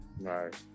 right